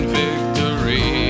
victory